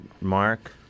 Mark